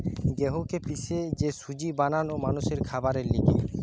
গেহুকে পিষে যে সুজি বানানো মানুষের খাবারের লিগে